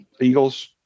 Eagles